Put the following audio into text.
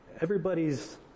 Everybody's